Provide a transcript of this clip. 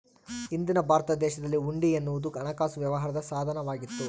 ಹಿಂದಿನ ಭಾರತ ದೇಶದಲ್ಲಿ ಹುಂಡಿ ಎನ್ನುವುದು ಹಣಕಾಸು ವ್ಯವಹಾರದ ಸಾಧನ ವಾಗಿತ್ತು